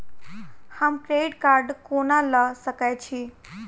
हम credit card कोना लऽ सकै छी?